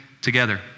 together